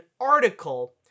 article